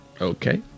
Okay